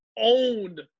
owned